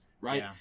right